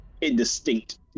indistinct